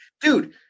Dude